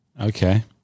okay